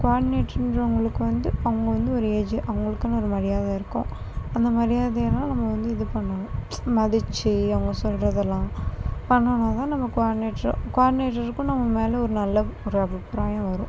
கோஆடினேட்டர்ன்றவங்களுக்கு வந்து அவங்க வந்து ஒரு ஏஜ் அவங்களுக்குன்னு ஒரு மரியாதை இருக்கும் அந்த மரியாதையெல்லாம் நம்ம வந்து இது பண்ணனும் மதிச்சு அவங்க சொல்வதெல்லாம் பண்ணிணோன்னா தான் நம்ம கோஆடினேட்டர் கோஆடினேட்டருக்கும் நம் மேல் ஒரு நல்ல ஒரு அபிப்ராயம் வரும்